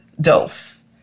dose